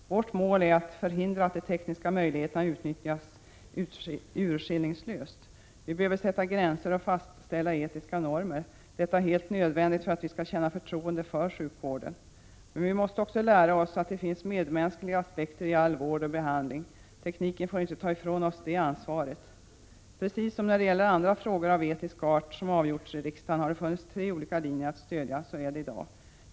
Vårt mål är att förhindra att de tekniska möjligheterna utnyttjas urskillningslöst. Vi behöver sätta gränser och fastställa etiska normer. Detta är helt nödvändigt för att vi skall känna förtroende för sjukvården. Men vi måste också lära oss att det finns medmänskliga aspekter i all vård och behandling. Tekniken får inte ta ifrån oss det ansvaret. Precis som när det gäller andra frågor av etisk art som avgjorts i riksdagen har det funnits olika linjer att stödja. Så är det också i dag.